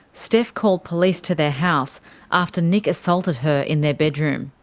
steph called police to their house after nick assaulted her in their bedroom.